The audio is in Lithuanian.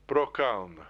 pro kalną